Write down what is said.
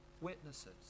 witnesses